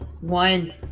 One